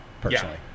personally